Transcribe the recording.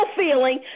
feeling